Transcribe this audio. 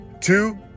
two